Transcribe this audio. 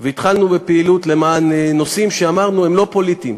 והתחלנו בפעילות למען נושאים שאמרנו שהם לא פוליטיים,